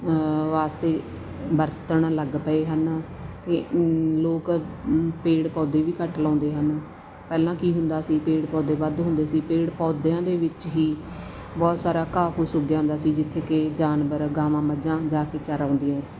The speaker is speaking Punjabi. ਵਾਸਤੇ ਵਰਤਣ ਲੱਗ ਪਏ ਹਨ ਅਤੇ ਲੋਕ ਪੇੜ ਪੌਦੇ ਵੀ ਘੱਟ ਲਾਉਂਦੇ ਹਨ ਪਹਿਲਾਂ ਕੀ ਹੁੰਦਾ ਸੀ ਪੇੜ ਪੌਦੇ ਵੱਧ ਹੁੰਦੇ ਸੀ ਪੇੜ ਪੌਦਿਆਂ ਦੇ ਵਿੱਚ ਹੀ ਬਹੁਤ ਸਾਰਾ ਘਾਹ ਫੂਸ ਉੱਗ ਆਉਂਦਾ ਸੀ ਜਿੱਥੇ ਕਿ ਜਾਨਵਰ ਗਾਵਾਂ ਮੱਝਾਂ ਜਾ ਕੇ ਚਰ ਆਉਂਦੀਆਂ ਸੀ